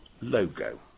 logo